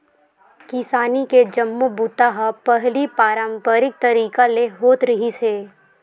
किसानी के जम्मो बूता ह पहिली पारंपरिक तरीका ले होत रिहिस हे